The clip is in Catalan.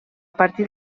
partir